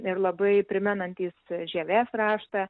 ir labai primenantys žievės raštą